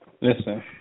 listen